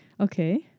Okay